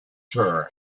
her